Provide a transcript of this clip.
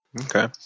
Okay